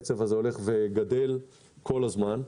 והקב הזה הולך וגובר כל הזמן.